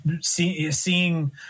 seeing